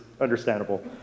understandable